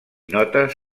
notes